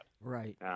right